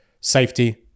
safety